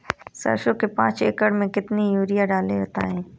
सरसो के पाँच एकड़ में कितनी यूरिया डालें बताएं?